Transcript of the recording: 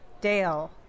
Dale